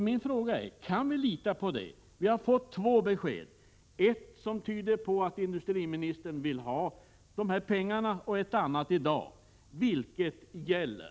Vi har fått två besked — ett tidigare, som tyder på att industriministern vill ha pengarna, ett annat i dag. Vilket gäller?